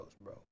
bro